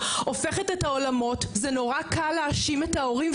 איבדתי את הוריי תוך שמונה חודשים,